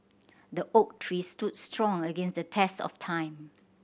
the oak tree stood strong against the test of time